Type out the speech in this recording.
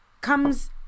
comes